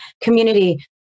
community